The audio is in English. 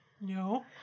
No